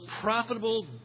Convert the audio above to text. profitable